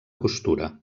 costura